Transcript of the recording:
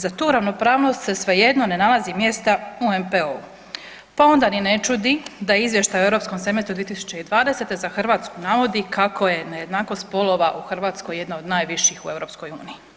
Za tu ravnopravnost se svejedno ne nalazi mjesta u NPO-u, pa onda ni ne čudi da Izvještaj u europskom semestru 2020. za Hrvatsku navodi kako je nejednakost spolova u Hrvatskoj jedna od najviših u EU.